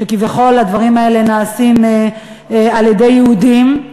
שכביכול הדברים האלה נעשים על-ידי יהודים,